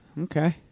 Okay